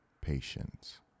Patience